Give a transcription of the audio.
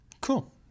cool